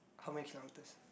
how many kilometers